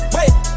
Wait